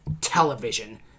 television